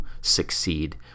succeed